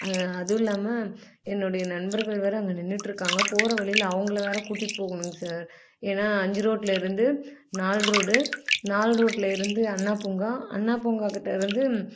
அதுதான் அதுவும் இல்லாமல் என்னுடைய நண்பர்கள் வேறு அங்கே நின்றுட்ருக்காங்க போகிற வழியில அவங்கள வேறு கூட்டிகிட்டு போகணும் சார் ஏன்னால் அஞ்சு ரோட்டில் இருந்து நாலு ரோடு நாலு ரோட்டில் இருந்து அண்ணா பூங்கா அண்ணா பூங்காக் கிட்டே இருந்து